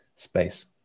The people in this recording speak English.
space